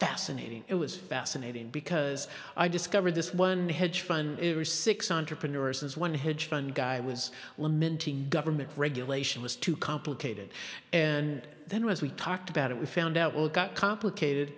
fascinating it was fascinating because i discovered this one hedge fund it was six entrepreneurs one hedge fund guy was lamenting government regulation was too complicated and then once we talked about it we found out well it got complicated